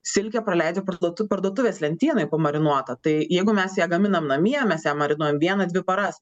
silkė praleidžia parduotu parduotuvės lentynoj pamarinuota tai jeigu mes ją gaminam namie mes ją marinuojam vieną dvi paras